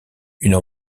une